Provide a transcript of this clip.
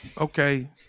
okay